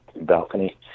balcony